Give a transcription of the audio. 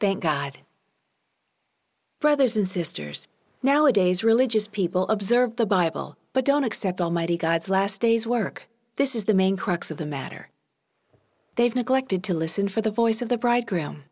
thank god brothers and sisters nowadays religious people observe the bible but don't accept almighty god's last days work this is the main crux of the matter they've neglected to listen for the voice of the bridegr